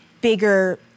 bigger